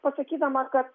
pasakydama kad